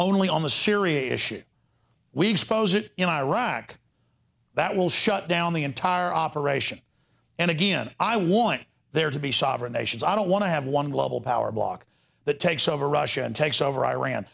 only on the syria issue we expose it in iraq that will shut down the entire operation and again i want there to be sovereign nations i don't want to have one global power block that takes over russia and takes over iran